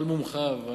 על מומחיו,